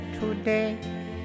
today